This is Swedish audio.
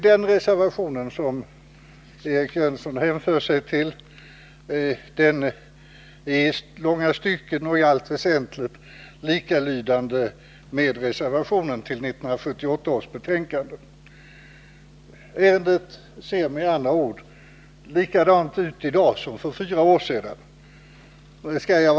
Den reservation som Eric Jönssons resonemang hänför sig till är i långa stycken och i allt väsentligt likalydande med reservationen till 1978 års betänkande. Ärendet ser med andra ord likadant ut i dag som för fyra år sedan. Skall jag.